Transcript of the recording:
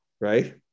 right